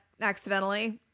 accidentally